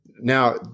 Now